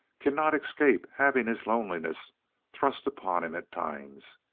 cannot escape having his loneliness thrust upon him at times.